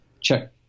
check